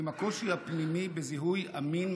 עם הקושי הפנימי בזיהוי אמין,